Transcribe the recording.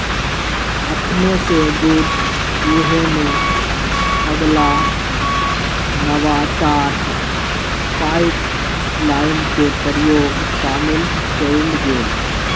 अपने स दूध दूहेमें पगला नवाचार पाइपलाइन के प्रयोग शामिल कएल गेल